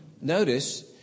Notice